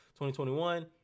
2021